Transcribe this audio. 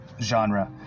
genre